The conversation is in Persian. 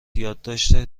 یادداشت